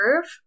curve